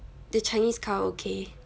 the chinese karaoke